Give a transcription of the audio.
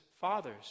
Fathers